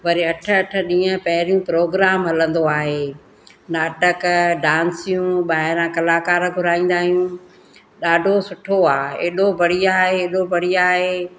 वरी अठ अठ ॾींहं पहिरियूं प्रोग्राम हलंदो आहे नाटक डांसियूं ॿाहिरां कलाकार घुराईंदा आहियूं ॾाढो सुठो आहे एॾो बढ़िया आहे एॾो बढ़िया आहे